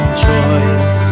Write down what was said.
choice